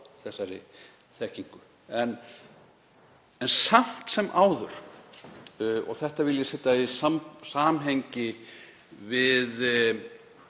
þessari þekkingu. Samt sem áður — og þetta vil ég setja í samhengi við